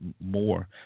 more